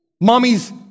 Mommy's